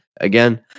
again